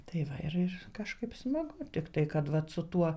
tai va ir ir kažkaip smagu tiktai kad vat su tuo